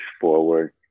forward